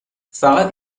فقط